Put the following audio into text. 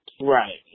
right